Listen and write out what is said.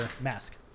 mask